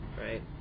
right